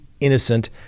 innocent